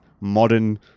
modern